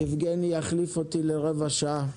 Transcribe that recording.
יבגני יחליף אותי לרבע שעה.